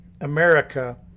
America